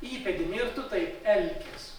įpėdini ir tu taip elkis